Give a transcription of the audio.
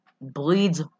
Bleeds